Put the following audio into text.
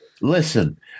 Listen